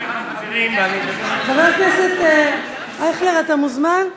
חבר הכנסת אייכלר, אתה מוזמן.